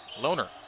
Loner